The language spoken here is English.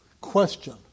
Question